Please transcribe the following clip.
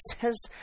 says